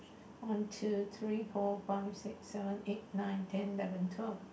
one two three four five six seven eight nine ten eleven twelve